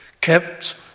Kept